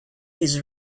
his